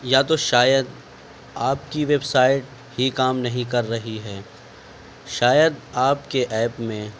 یا تو شاید آپ کی ویبسائٹ ہی کام نہیں کر رہی ہے شاید آپ کے ایپ میں